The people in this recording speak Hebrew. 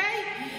אוקיי?